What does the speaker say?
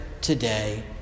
today